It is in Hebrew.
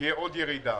תהיה עוד ירידה